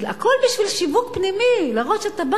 הכול בשביל שיווק פנימי: להראות שאתה בא,